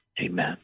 Amen